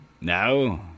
No